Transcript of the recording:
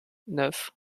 neuf